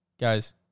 Guys